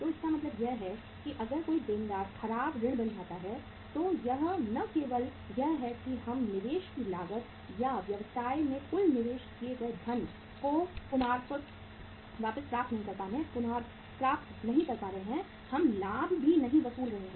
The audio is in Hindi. तो इसका मतलब यह है कि अगर कोई देनदार खराब ऋण बन जाता है तो यह न केवल यह है कि हम निवेश की लागत या व्यवसाय में कुल निवेश किए गए धन को पुनर्प्राप्त नहीं कर रहे हैं हम लाभ भी नहीं वसूल रहे हैं